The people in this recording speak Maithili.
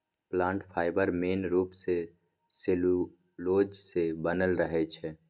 प्लांट फाइबर मेन रुप सँ सेल्युलोज सँ बनल रहै छै